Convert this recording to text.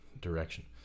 direction